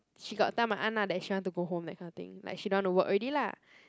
she got tell my aunt lah that she want to go home that kind of thing like she don't want to work already lah